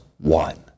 one